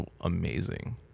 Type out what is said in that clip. amazing